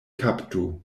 kaptu